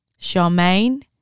Charmaine